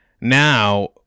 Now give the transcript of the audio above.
Now